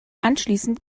anschließend